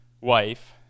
wife